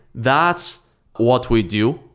that's what we do,